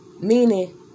meaning